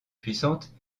puissante